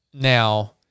now